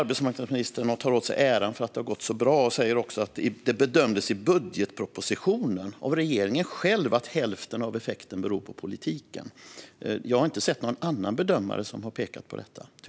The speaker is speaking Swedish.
Arbetsmarknadsministern tar vidare åt sig äran för att det har gått så bra och säger också att det bedömdes i budgetpropositionen av regeringen själv att hälften av effekten beror på politiken. Jag har tyvärr inte sett någon annan bedömare som har pekat på detta.